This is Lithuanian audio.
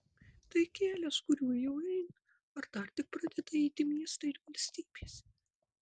tai kelias kuriuo jau eina ar dar tik pradeda eiti miestai ir valstybės